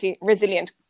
resilient